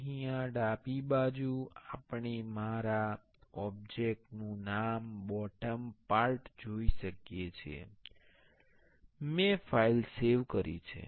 અહીં આ ડાબી બાજુ આપણે મારા ઓબ્જેક્ટ નુ નામ બોટમ પાર્ટ જોઈ શકીએ છીએ મેં ફાઇલ સેવ કરી છે